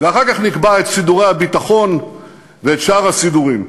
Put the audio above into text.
ואחר כך נקבע את סידורי הביטחון ואת שאר הסידורים,